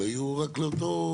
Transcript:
אלא יהיו רק לאותו.